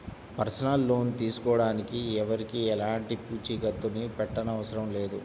personal loan తీసుకోడానికి ఎవరికీ ఎలాంటి పూచీకత్తుని పెట్టనవసరం లేదు